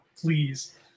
please